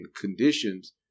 conditions